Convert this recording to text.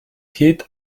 head